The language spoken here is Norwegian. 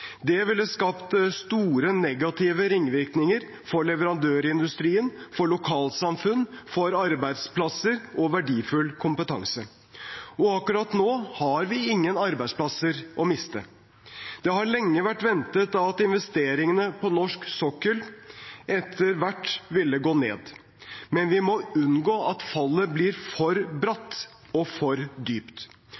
Det ville skapt store negative ringvirkninger for leverandørindustrien, for lokalsamfunn, for arbeidsplasser og verdifull kompetanse. Akkurat nå har vi ingen arbeidsplasser å miste. Det har lenge vært ventet at investeringene på norsk sokkel etter hvert ville gå ned. Men vi må unngå at fallet blir for